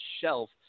shelf